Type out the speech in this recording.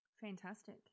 Fantastic